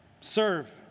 serve